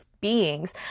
beings